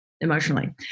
emotionally